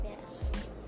Yes